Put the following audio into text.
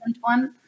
one